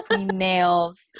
nails